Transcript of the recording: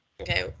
Okay